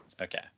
okay